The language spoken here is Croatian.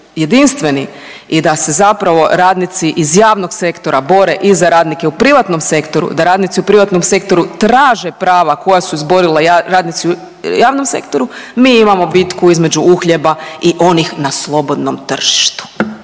jedinstveni i da se zapravo radnici iz javnog sektora bore i za radnike u privatnom sektoru, da radnici u privatnom sektoru traže prava koja su izborili radnici u javnom sektoru mi imamo bitku između uhljeba i onih na slobodnom tržištu.